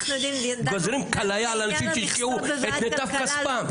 גוזרים כליה על אנשים שהשקיעו את מיטב כספם,